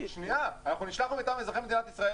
אנחנו נשלחנו מטעם אזרחי מדינת ישראל